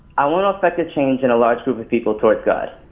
i want to affect the change in a large group of people toward god.